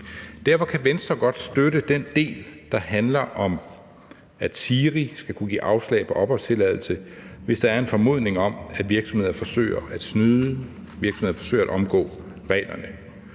Derfor kan Venstre godt støtte den del, der handler om, at SIRI skal kunne give et afslag på opholdstilladelse, hvis der er en formodning om, at virksomheder forsøger at snyde, forsøger at omgå reglerne.